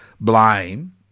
blame